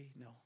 no